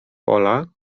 pola